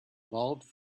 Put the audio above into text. evolved